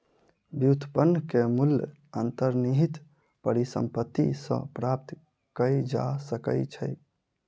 व्युत्पन्न के मूल्य अंतर्निहित परिसंपत्ति सॅ प्राप्त कय जा सकै छै